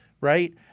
right